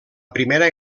primera